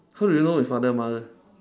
how do you know if father mother